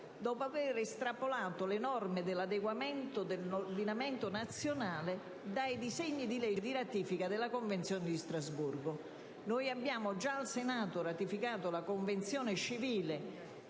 dopo aver estrapolato le norme dell'adeguamento dell'ordinamento nazionale dai disegni di legge di ratifica della Convenzione di Strasburgo. In Senato abbiamo già deliberato in ordine alla ratifica della Convenzione civile